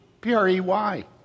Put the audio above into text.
P-R-E-Y